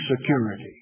security